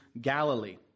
Galilee